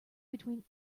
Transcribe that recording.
between